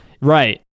Right